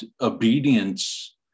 obedience